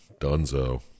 Dunzo